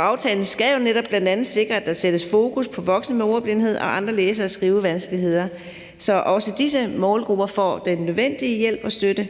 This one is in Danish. Aftalen skal netop bl.a. sikre, at der sættes fokus på voksne med ordblindhed og andre læse- og skrivevanskeligheder, så også disse målgrupper får den nødvendige hjælp og støtte.